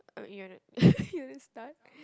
I mean you wanna you wanna start